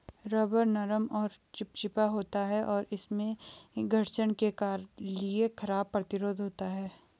rubber नरम और चिपचिपा होता है, और इसमें घर्षण के लिए खराब प्रतिरोध होता है